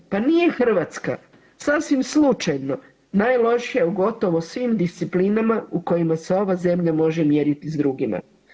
Pa nije Hrvatska sasvim slučajno najlošija u gotovo svim disciplinama u kojima se ova zemlja može mjeriti s drugima.